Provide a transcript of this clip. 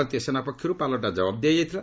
ଭାରତୀୟ ସେନା ପକ୍ଷରୁ ପାଲଟା ଜବାବ୍ ଦିଆଯାଇଥିଲା